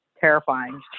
terrifying